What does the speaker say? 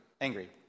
Angry